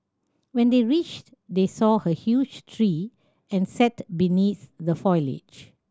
when they reached they saw a huge tree and sat beneath the foliage